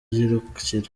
yirukira